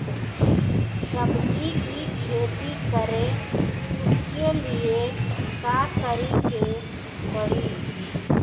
सब्जी की खेती करें उसके लिए का करिके पड़ी?